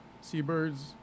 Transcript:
seabirds